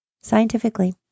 scientifically